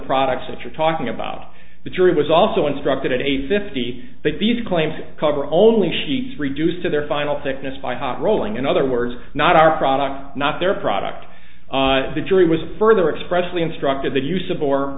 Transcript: products that you're talking about the jury was also instructed at a fifty that these claims cover only sheets reduced to their final thickness by hot rolling in other words not our product not their product the jury was further expressly instructed the use